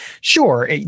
Sure